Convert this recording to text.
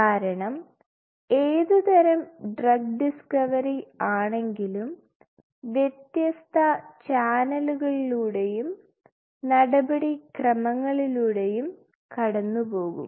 കാരണം ഏതുതരം drug discovery ആണെങ്കിലും വ്യത്യസ്ത ചാനലുകളിലൂടെയും നടപടി ക്രമങ്ങളിലൂടെയും കടന്നുപോകും